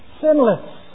sinless